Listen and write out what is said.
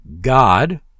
God